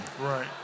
Right